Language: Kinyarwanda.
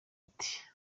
ati